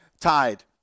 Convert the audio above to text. tied